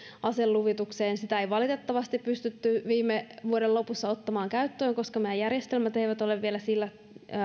aseluvitukseen sitä ei valitettavasti pystytty viime vuoden lopussa ottamaan käyttöön koska meidän järjestelmät eivät ole vielä sillä